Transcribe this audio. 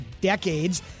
decades